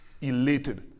elated